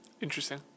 Interesting